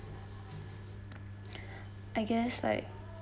I guess like